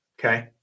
Okay